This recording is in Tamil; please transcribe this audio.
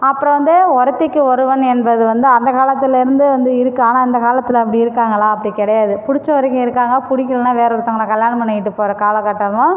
அப்றம் வந்து ஒருத்திக்கு ஒருவன் என்பது வந்து அந்த காலத்திலருந்தே வந்து இருக்கு ஆனால் இந்த காலத்தில் அப்படி இருக்காங்களானா அப்படி கிடையாது புடிச்ச வரக்கும் இருக்காங்க புடிக்கலனா வேற ஒருத்தவங்ள கல்யாணம் பண்ணிகிட்டு போகிற காலகட்டமாக